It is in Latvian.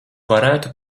varētu